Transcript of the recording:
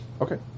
Okay